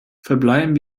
verbleiben